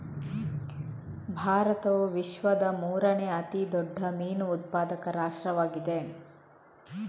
ಭಾರತವು ವಿಶ್ವದ ಮೂರನೇ ಅತಿ ದೊಡ್ಡ ಮೀನು ಉತ್ಪಾದಕ ರಾಷ್ಟ್ರವಾಗಿದೆ